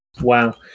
Wow